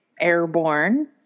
Airborne